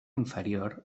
inferior